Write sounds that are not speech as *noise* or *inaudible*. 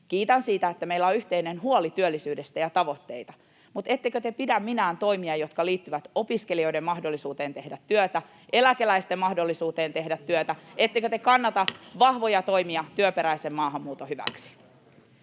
kiitän siitä, että meillä on yhteinen huoli työllisyydestä ja tavoitteita: Ettekö te pidä minään toimia, jotka liittyvät opiskelijoiden mahdollisuuteen tehdä työtä, eläkeläisten mahdollisuuteen tehdä työtä? Ettekö te kannata *noise* vahvoja toimia työperäisen maahanmuuton hyväksi?